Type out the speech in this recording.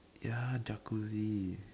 ya Jacuzzi